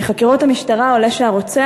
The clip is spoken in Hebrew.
מחקירות המשטרה עולה שהרוצח,